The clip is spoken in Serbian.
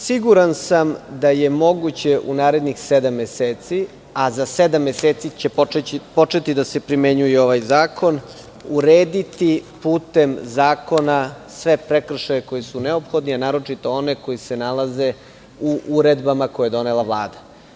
Siguran sam da je moguće u narednih sedam meseci, a za sedam meseci će početi da se primenjuje i ovaj zakon, urediti putem zakona sve prekršaje koji su neophodni, a naročito one koji se nalaze u uredbama koje je donela Vlada.